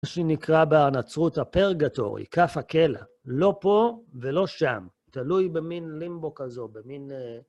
שנקרא בנצרות הפרגטורי, כף הקלע, לא פה ולא שם, תלוי במין לימבו כזו, במין...